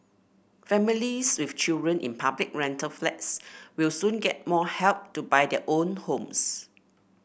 families with children in public rental flats will soon get more help to buy their own homes